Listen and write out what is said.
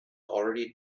already